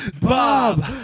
Bob